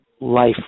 life